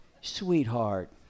sweetheart